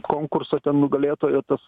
konkurso nugalėtojo tas